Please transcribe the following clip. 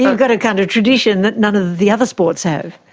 you've got a kind of tradition that none of the other sports have.